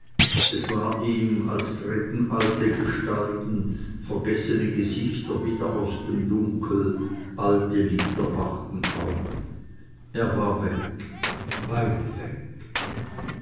es war ihm als träten alte gestalten vergessene gesichter wieder aus dem dunkeln alte lieder wachten auf er war weg weit weg